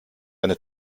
eine